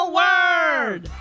word